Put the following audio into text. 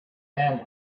hand